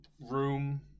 room